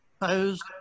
Opposed